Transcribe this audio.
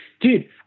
dude